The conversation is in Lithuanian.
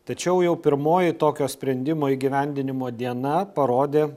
tačiau jau pirmoji tokio sprendimo įgyvendinimo diena parodė